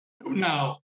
now